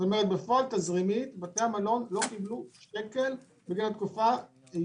זאת אומרת שמהבחינה התזרימית בתי המלון לא קיבלו שקל בחודשים שציינתי.